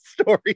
Story